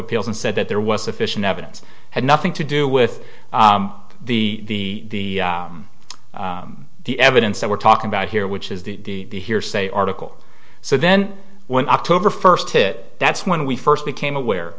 appeals and said that there was sufficient evidence had nothing to do with the the evidence that we're talking about here which is the hearsay article so then when october first hit that's when we first became aware